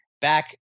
back